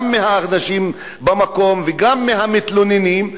גם מהאנשים במקום וגם מהמתלוננים,